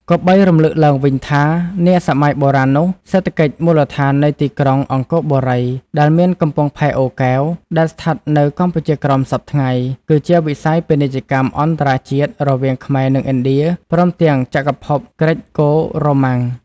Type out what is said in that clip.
គប្បីរំលឹកឡើងវិញថានាសម័យបុរាណនោះ សេដ្ឋកិច្ចមូលដ្ឋាននៃទីក្រុង អង្គរបូរី ដែលមានកំពង់ផែអូរកែវ ដែលស្ថិតនៅកម្ពុជាក្រោមសព្វថ្ងៃ គឺជាវិស័យ ពាណិជ្ជកម្មអន្តរជាតិ រវាងខ្មែរនឹងឥណ្ឌា ព្រមទាំងចក្រភព ហ្គ្រិចកូ-រ៉ូម៉ាំង ។